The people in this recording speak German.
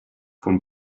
von